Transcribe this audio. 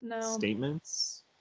statements